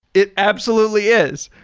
it absolutely is.